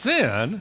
Sin